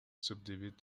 subdivide